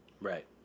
Right